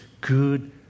good